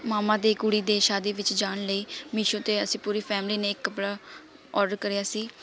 ਮਾਮਾ ਦੀ ਕੁੜੀ ਦੇ ਸ਼ਾਦੀ ਵਿੱਚ ਜਾਣ ਲਈ ਮੇਸ਼ੋ 'ਤੇ ਅਸੀਂ ਪੂਰੀ ਫੈਮਿਲੀ ਨੇ ਇੱਕ ਪ ਔਡਰ ਕਰਿਆ ਸੀ